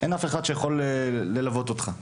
ואין אף אחד שיכול ללוות אותך.